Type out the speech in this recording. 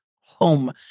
home